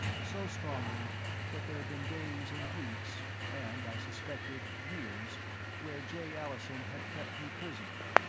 so strongly that there had been days and weeks and, i suspected, years where jay allison had kept me prisoner.